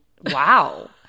wow